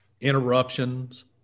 interruptions